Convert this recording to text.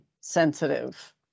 sensitive